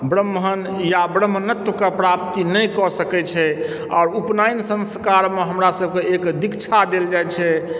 ब्राह्मण या ब्रहमणत्वके प्राप्ति नहि कऽ सकैत छै आओर उपनयन संस्कारमे हमरासभके एक दीक्षा देल जाइत छै